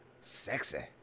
Sexy